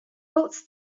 tuts